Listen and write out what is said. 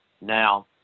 Now